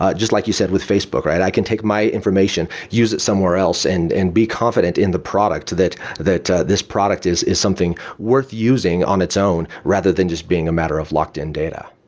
ah just like you said, with facebook i can take my information, use it somewhere and and be confident in the product that that this product is is something worth using on its own rather than just being a matter of locked-in data.